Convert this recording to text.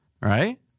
Right